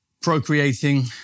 procreating